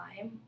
time